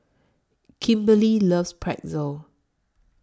Kimberly loves Pretzel